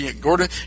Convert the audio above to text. Gordon